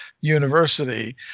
University